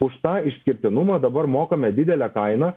už tą išskirtinumą dabar mokame didelę kainą